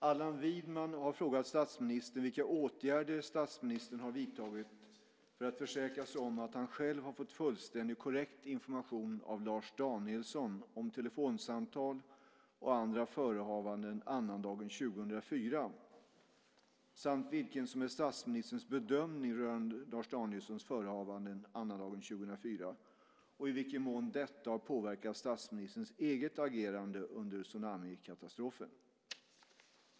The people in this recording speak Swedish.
Allan Widman har frågat statsministern vilka åtgärder statsministern har vidtagit för att försäkra sig om att han själv har fått fullständig och korrekt information av Lars Danielsson om telefonsamtal och andra förehavanden annandagen 2004 samt vilken som är statsministerns bedömning rörande Lars Danielssons förehavanden annandagen 2004 och i vilken mån detta har påverkat statsministerns eget agerande under tsunamikatastrofen.